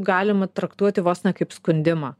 galima traktuoti vos ne kaip skundimą